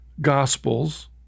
Gospels